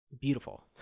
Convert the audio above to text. beautiful